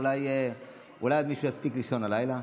אולי עוד מישהו יספיק לישון הלילה.